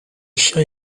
chien